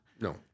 No